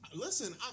Listen